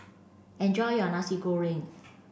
enjoy your Nasi Goreng